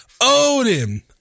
odin